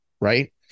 Right